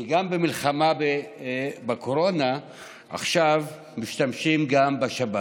שגם במלחמה בקורונה משתמשים עכשיו בשב"כ.